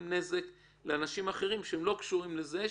נזק לאנשים אחרים שהם לא קשורים לזה,